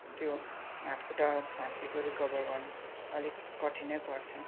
त्यो हातखुट्टा भाँच्चिएको रिकभर गर्नु अलिक कठिन नै पर्छ